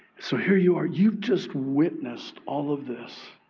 so here you are. you've just witnessed all of this